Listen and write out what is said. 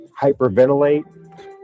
hyperventilate